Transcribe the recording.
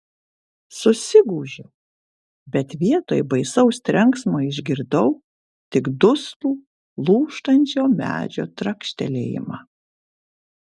susigūžiau bet vietoj baisaus trenksmo išgirdau tik duslų lūžtančio medžio trakštelėjimą